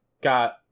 got